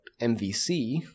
MVC